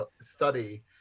study